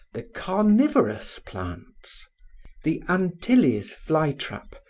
the carnivorous plants the antilles fly-trap,